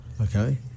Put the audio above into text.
okay